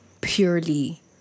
purely